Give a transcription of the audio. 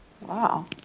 wow